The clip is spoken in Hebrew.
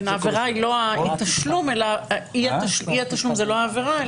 כן, אי-התשלום זו לא עבירה.